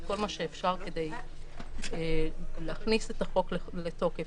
כל מה שאפשר כדי להכניס את החוק לתוקף.